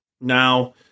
now